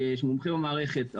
שמומחה במערכת,